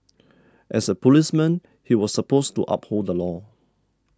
as a policeman he was supposed to uphold the law